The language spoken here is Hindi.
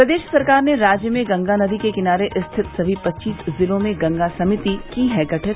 प्रदेश सरकार ने राज्य में गंगा नदी के किनारे स्थित सभी पच्चीस जिलों में गंगा सभिति की है गठित